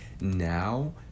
now